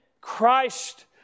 Christ